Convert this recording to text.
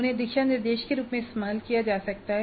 उन्हें दिशानिर्देश के रूप में इस्तेमाल किया जा सकता है